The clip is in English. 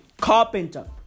carpenter